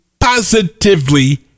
positively